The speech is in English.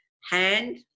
hand